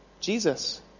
Jesus